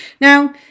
Now